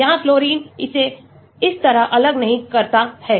यहाँ फ्लोरीन इसे इस तरह अलग नहीं करता है